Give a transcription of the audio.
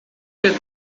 wird